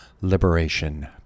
Liberation